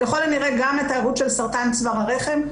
ככל הנראה גם את ההיארעות של סרטן צוואר הרחם,